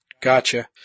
Gotcha